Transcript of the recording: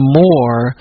more